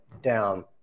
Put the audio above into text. down